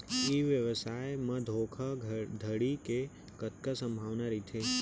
ई व्यवसाय म धोका धड़ी के कतका संभावना रहिथे?